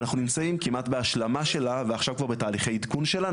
אנחנו נמצאים כמעט בהשלמה שלה ועכשיו כבר בתהליכי עדכון שלה,